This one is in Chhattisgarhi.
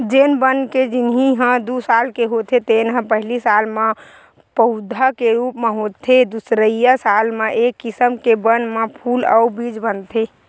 जेन बन के जिनगी ह दू साल के होथे तेन ह पहिली साल म पउधा के रूप म होथे दुसरइया साल म ए किसम के बन म फूल अउ बीज बनथे